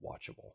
watchable